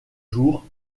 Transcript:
jours